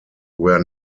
were